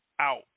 out